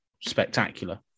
spectacular